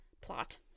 plot